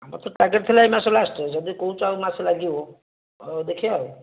ଆମର ତ ଟାର୍ଗେଟ ଥିଲା ଏହି ମାସ ଲାଷ୍ଟରେ ଯଦି କହୁଛ ଆଉ ମାସେ ଲାଗିବ ହେଉ ଦେଖିବା ଆଉ